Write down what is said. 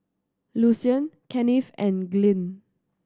Lucian Kennith and Glynn